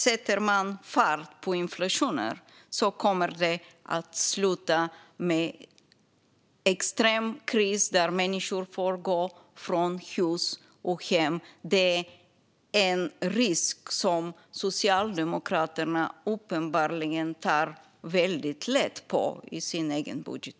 Sätter man fart på inflationen kommer det att sluta med extrem kris där människor får gå från hus och hem. Det är en risk som Socialdemokraterna uppenbarligen tar väldigt lätt på i sin egen budget.